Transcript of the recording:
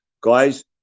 guys